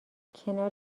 کنار